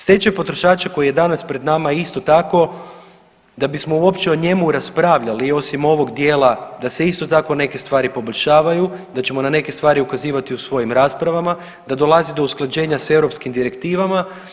Stečaj potrošača koji je danas pred nama isto tako da bismo uopće o njemu raspravljali osim ovog dijela, da se isto tako neke stvari poboljšavaju, da ćemo na neke stvari ukazivati u svojim raspravama, da dolazi do usklađenja sa europskim direktivama.